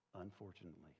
unfortunately